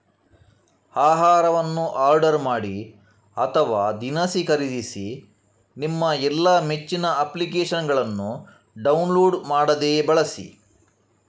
ಆಹಾರವನ್ನು ಆರ್ಡರ್ ಮಾಡಿ ಅಥವಾ ದಿನಸಿ ಖರೀದಿಸಿ ನಿಮ್ಮ ಎಲ್ಲಾ ಮೆಚ್ಚಿನ ಅಪ್ಲಿಕೇಶನ್ನುಗಳನ್ನು ಡೌನ್ಲೋಡ್ ಮಾಡದೆಯೇ ಬಳಸಿ